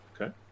Okay